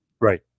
right